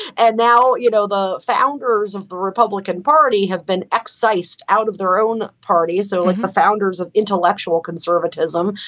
and now, you know, the founders of the republican party have been excised out of their own party. so like the founders of intellectual conservatism,